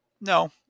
no